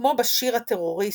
כמו בשיר הטרוריסט,